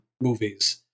movies